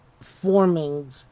forming